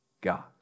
God